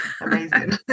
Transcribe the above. Amazing